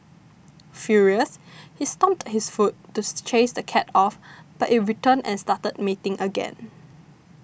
furious he stomped his foot to chase the cat off but it returned and started mating again